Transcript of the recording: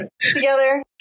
together